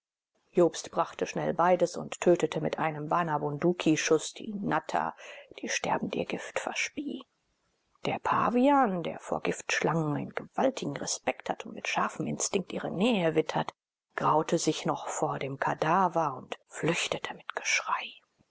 jobst brachte schnell beides und tötete mit einem bana bunduki schuß die natter die sterbend ihr gift verspie der pavian der vor giftschlangen einen gewaltigen respekt hat und mit scharfem instinkt ihre nähe wittert graute sich noch vor dem kadaver und flüchtete mit geschrei